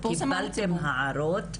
קיבלתם הערות.